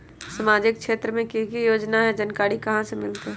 सामाजिक क्षेत्र मे कि की योजना है जानकारी कहाँ से मिलतै?